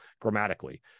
grammatically